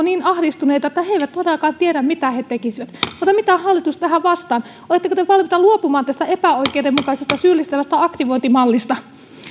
niin ahdistuneita että he eivät todellakaan tiedä mitä tekisivät mitä hallitus tähän vastaa oletteko te valmiita luopumaan tästä epäoikeudenmukaisesta syyllistävästä aktivointimallista